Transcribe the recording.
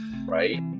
right